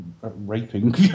raping